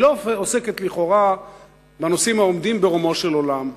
היא לא עוסקת לכאורה בנושאים העומדים ברומו של עולם,